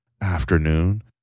afternoon